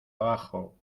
abajo